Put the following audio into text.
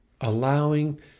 Allowing